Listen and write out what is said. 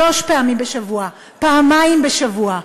שלוש פעמים בשבוע או פעמיים בשבוע,